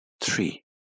three